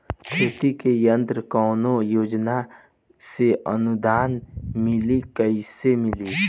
खेती के यंत्र कवने योजना से अनुदान मिली कैसे मिली?